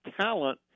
talent